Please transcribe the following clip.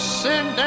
send